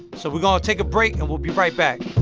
so we're going to take a break and we'll be right back